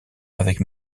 avec